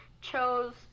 chose